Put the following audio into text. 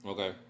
Okay